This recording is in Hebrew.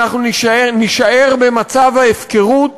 אנחנו נישאר במצב ההפקרות